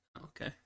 okay